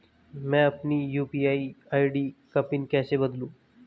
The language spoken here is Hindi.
मैं अपनी यू.पी.आई आई.डी का पिन कैसे बदलूं?